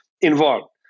involved